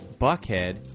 Buckhead